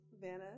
Vanna